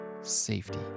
safety